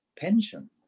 pension